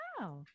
wow